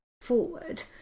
forward